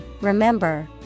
remember